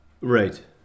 right